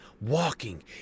walking